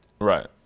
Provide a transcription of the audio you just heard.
right